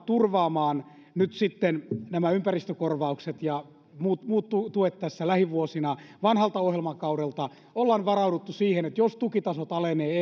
turvaamaan nyt sitten nämä ympäristökorvaukset ja muut muut tuet lähivuosina vanhalta ohjelmakaudelta olemme varautuneet siihen että jos tukitasot alenevat